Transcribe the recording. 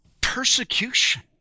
persecution